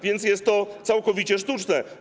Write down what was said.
Więc jest to całkowicie sztuczne.